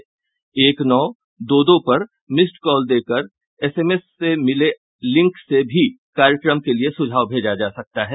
एक नौ दो दो पर मिस्ड कॉल देकर एसएमएस से मिले लिंक से भी कार्यक्रम के लिए सुझाव भेजा जा सकता है